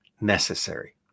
necessary